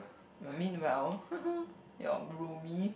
uh meanwhile your roomie